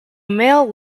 male